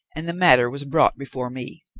and the matter was brought before me.